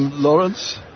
lawrence,